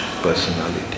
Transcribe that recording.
personality